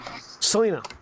Selena